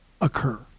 occur